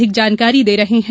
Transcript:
अधिक जानकारी दे रहे हैं